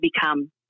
become